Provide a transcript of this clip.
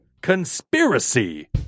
conspiracy